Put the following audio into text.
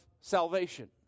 salvation